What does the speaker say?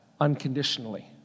unconditionally